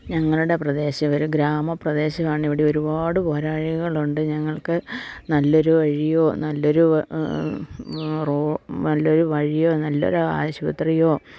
ഞങ്ങളുടെ പ്രദേശം ഒരു ഗ്രാമപ്രദേശാണ് ഇവിടെ ഒരുപാട് പോരായ്മകളുണ്ട് ഞങ്ങൾക്ക് നല്ലൊരു വഴിയോ നല്ലൊരു നല്ലൊരു വഴിയോ നല്ലൊരു ആശുപത്രിയോ